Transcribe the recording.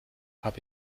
habe